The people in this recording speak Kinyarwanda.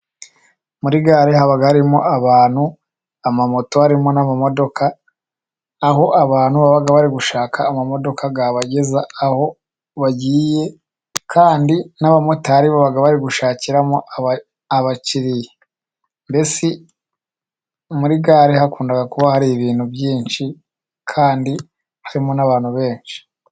Muri gare haba harimo abantu, amamoto, harimo n'amamodoka. Aho abantu baba bari gushaka amamodoka abageza aho bagiye, kandi n'abamotari baba bari gushakiramo abakiriya. Mbese muri gare hakunda kuba hari ibintu byinshi, kandi harimo n'abantu benshi.